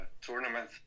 tournament